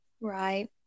Right